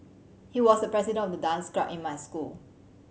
he was the president of the dance club in my school